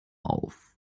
auf